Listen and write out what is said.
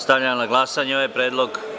Stavljam na glasanje ovaj predlog.